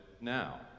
now